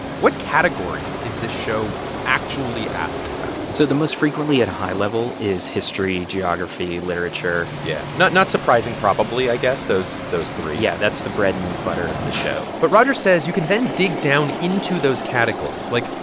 what categories is this show actually asking about? about? so the most frequently at a high level is history, geography, literature yeah not not surprising, probably, i guess, those those three yeah. that's the bread and butter of the show but roger says you can then dig down into those categories. like,